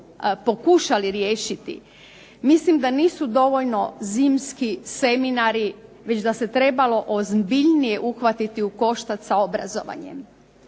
pokušali riješiti. Mislim da nisu dovoljno zimski seminari već da se trebalo ozbiljnije uhvatiti u koštac s obrazovanjem.